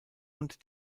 und